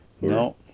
No